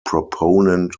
proponent